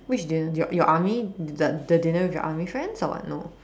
which dinner your your army the the dinner with your friends so or what no